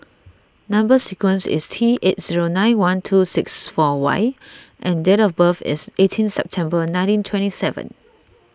Number Sequence is T eight zero nine one two six four Y and date of birth is eighteen September nineteen twenty seven